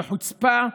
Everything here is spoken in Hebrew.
זה חוצפה,